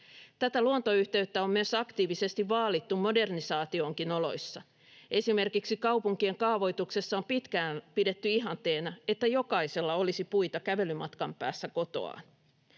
Tätä luontoyhteyttä on myös aktiivisesti vaalittu modernisaationkin oloissa. Esimerkiksi kaupunkien kaavoituksessa on pitkään pidetty ihanteena, että jokaisella olisi puita kävelymatkan päässä kotoaan.